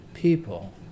people